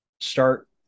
Start